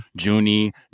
Junie